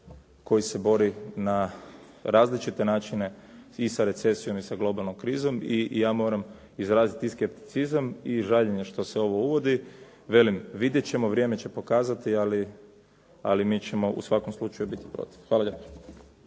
koji se bori na različite načine i sa recesijom i sa globalnom krizom i ja moram izrazit i skepticizam i žaljenje što se ovo uvodi. Velim, vidjet ćemo, vrijeme će pokazati, ali mi ćemo u svakom slučaju biti protiv. Hvala lijepa.